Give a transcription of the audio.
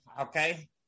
okay